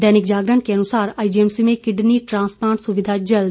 दैनिक जागरण के शब्द हैं आईजीएमसी में किडनी ट्रांसप्लांट सुविधा जल्द